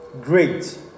great